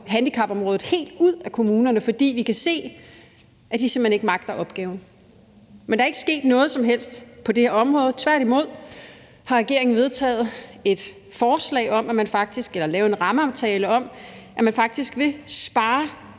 handicapområdet helt ud af kommunerne, fordi vi kan se, at de simpelt hen ikke magter opgaven. Men der er ikke sket noget som helst på det område. Tværtimod har regeringen lavet en rammeaftale om, at man faktisk vil spare